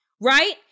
right